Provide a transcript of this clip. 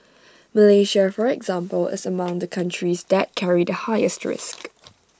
Malaysia for example is among the countries that carry the highest risk